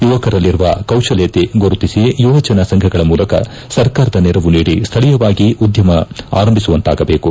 ಯುವಕರಲ್ಲಿನ ಕೌಶಲ್ಲತೆ ಗುರುತಿಸಿ ಯುವಜನ ಸಂಘಗಳ ಮೂಲಕ ಸರ್ಕಾರದ ನೆರವು ನೀಡಿ ಶ್ವೀಯವಾಗಿ ಉದ್ಯಮ ಆರಂಭಿಸುವಂತಾಗಬೇಕು